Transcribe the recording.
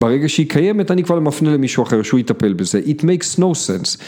ברגע שהיא קיימת אני כבר מפנה למישהו אחר שהוא יטפל בזה It makes no sense